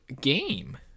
game